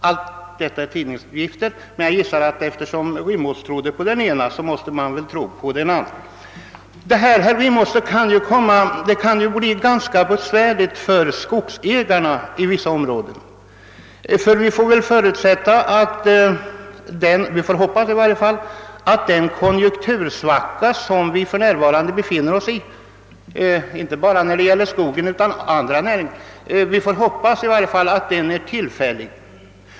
— Allt detta är tidningsuppgifter, men eftersom herr Rimås trodde på den ena uppgiften måste han väl tro även på den andra. Läget för skogsägarna i vissa områden kan bli ganska besvärligt, herr Rimås. Vi får ju hoppas att den konjunktursvacka, som vi för närvarande befinner oss i och som inte gäller bara skogen utan även andra näringsgrenar, är tillfällig.